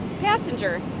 passenger